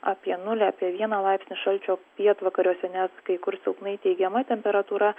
apie nulį apie vieną laipsnį šalčio pietvakariuose nes kai kur silpnai teigiama temperatūra